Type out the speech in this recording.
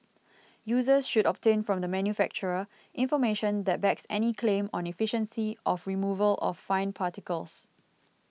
users should obtain from the manufacturer information that backs any claim on efficiency of removal of fine particles